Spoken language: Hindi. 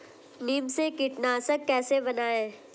नीम से कीटनाशक कैसे बनाएं?